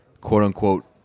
quote-unquote